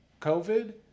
COVID